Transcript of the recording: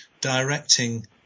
directing